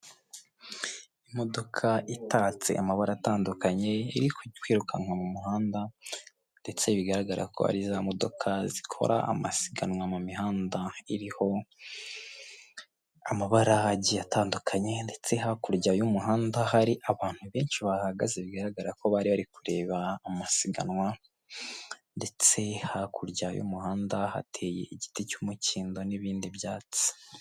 Imodoka itatse amabara atandukanye iri kwirukanwa mu muhanda ndetse bigaragara ko ari za modoka zikora amasiganwa mu mihanda, iriho amabaragi atandukanye, ndetse hakurya y'umuhanda hari abantu benshi bahagaze bigaragara ko bari bari kureba amasiganwa ndetse hakurya y'umuhanda hateye igiti cy'umukindo n'ibindi byatsi.